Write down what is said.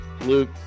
Luke